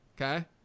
Okay